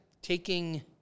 Taking